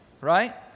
right